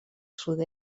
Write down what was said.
sud